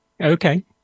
Okay